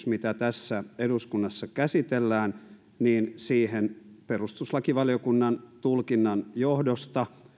mitä tässä eduskunnassa käsitellään perustuslakivaliokunnan tulkinnan johdosta